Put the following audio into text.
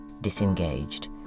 disengaged